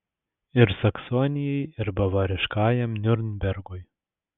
ir saksonijai ir bavariškajam niurnbergui